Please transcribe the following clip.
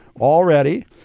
already